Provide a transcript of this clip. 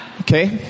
okay